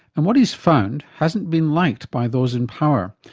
and what he's found hasn't been liked by those in power,